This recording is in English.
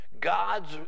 God's